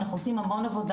אנחנו עושים המון עבודה,